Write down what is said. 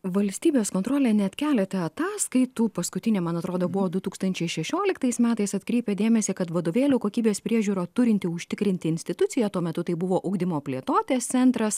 valstybės kontrolė net keletą ataskaitų paskutinė mano atrodo buvo du tūkstančiai šešioliktais metais atkreipė dėmesį kad vadovėlių kokybės priežiūrą turinti užtikrinti institucija tuo metu tai buvo ugdymo plėtotės centras